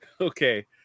okay